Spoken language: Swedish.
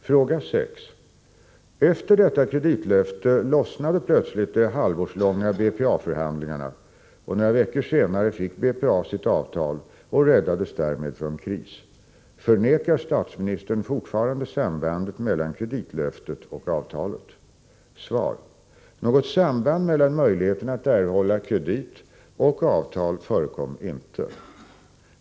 Fråga 6: Efter detta kreditlöfte lossnade plötsligt de halvårslånga BPA förhandlingarna och några veckor senare fick BPA sitt avtal och räddades därmed från kris. Förnekar statsministern fortfarande sambandet mellan kreditlöftet och avtalet? Svar: Något samband mellan möjligheterna att erhålla kredit och avtal förekom inte.